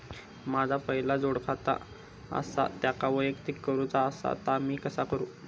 माझा पहिला जोडखाता आसा त्याका वैयक्तिक करूचा असा ता मी कसा करू?